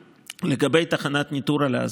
לגבי תחנת ניטור על האסדה,